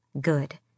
Good